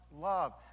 love